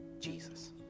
jesus